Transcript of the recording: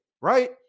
right